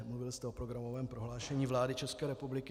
Mluvil jste o programovém prohlášení vlády České republiky.